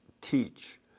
teach